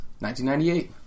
1998